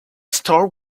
star